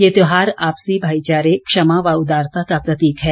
यह त्यौहार आपसी भाईचारे क्षमा व उदारता का प्रतीक है